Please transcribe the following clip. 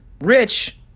Rich